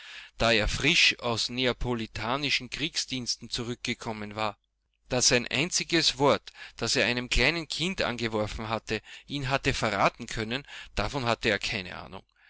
da er frisch aus neapolitanischen kriegsdiensten zurückgekommen war daß ein einziges wort das er einem kleinen kinde angeworfen hatte ihn hatte verraten können davon hatte er keine ahnung